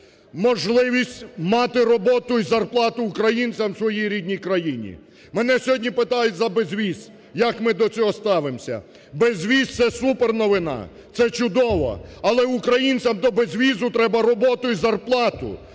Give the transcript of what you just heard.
можливість мати роботу і зарплату українцям в своїй рідній країні. Мене сьогодні питають за безвіз, як ми до цього ставимося. Безвіз – це суперновина, це чудово. Але українцям до безвізу треба роботу і зарплату,